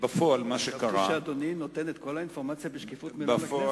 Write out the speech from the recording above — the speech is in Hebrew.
חשבתי שאדוני נותן את כל האינפורמציה בשקיפות מלאה לכנסת.